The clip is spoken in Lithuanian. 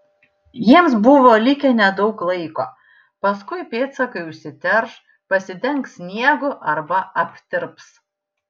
jiems buvo likę nedaug laiko paskui pėdsakai užsiterš pasidengs sniegu arba aptirps